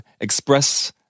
express